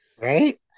right